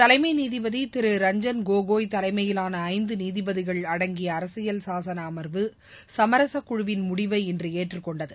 தலைமை நீதிபதி திரு ரஞ்சன் கோகோய் தலைமையிலான ஐந்து நீதிபதிகள் அடங்கிய அரசியல் சாசன அமர்வு சமரச குழுவின் முடிவை இன்று ஏற்றுக்கொண்டது